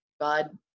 God